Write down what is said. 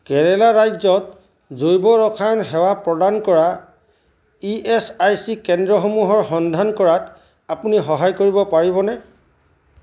কেৰেলা ৰাজ্যত জৈৱ ৰসায়ন সেৱা প্ৰদান কৰা ই এছ আই চি কেন্দ্ৰসমূহৰ সন্ধান কৰাত আপুনি সহায় কৰিব পাৰিবনে